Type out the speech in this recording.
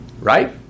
Right